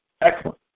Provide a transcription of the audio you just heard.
Excellent